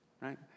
Right